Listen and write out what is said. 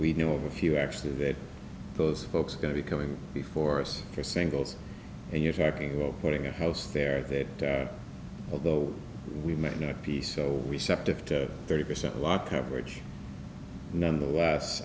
we know of a few actually that those folks are going to be coming before us for singles and you're talking about putting a house there that although we might not be so receptive to thirty percent a lot coverage none the less